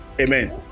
Amen